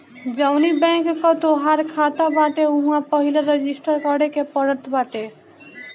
जवनी बैंक कअ तोहार खाता बाटे उहवा पहिले रजिस्टर करे के पड़त बाटे